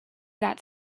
that